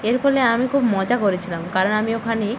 এর ফলে আমি খুব মজা করেছিলাম কারণ আমি ওখানে